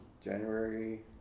January